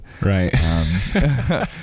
right